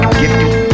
gifted